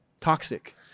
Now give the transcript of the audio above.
Toxic